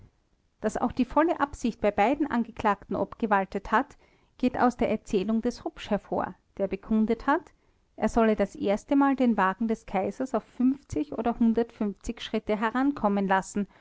daß auch die volle absicht bei beiden angeklagten obgewaltet hat geht aus der erzählung des rupsch hervor der bekundet hat er solle das erstemal den wagen des kaisers auf oder schritt herankommen lassen